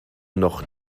noch